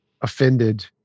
offended